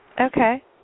Okay